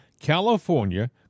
California